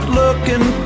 looking